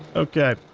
okay.